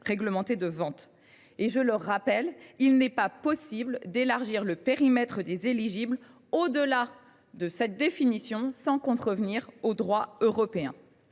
réglementés de vente. Je le rappelle, il n’est pas possible d’élargir le périmètre des entités éligibles au delà de cette définition sans contrevenir au droit européen.